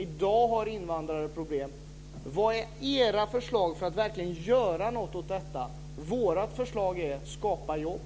I dag har invandrare problem. Vilka är era förslag för att verkligen göra något åt detta? Vårt förslag är: Skapa jobb.